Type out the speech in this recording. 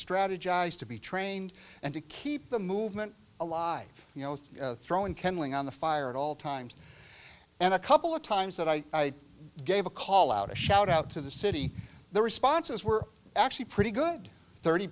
strategize to be trained and to keep the movement alive you know throwing kenneling on the fire at all times and a couple of times that i gave a call out a shout out to the city the responses were actually pretty good thirty